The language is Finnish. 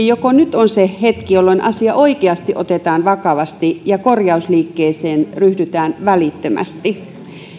joko nyt on se hetki jolloin asia oikeasti otetaan vakavasti ja korjausliikkeeseen ryhdytään välittömästi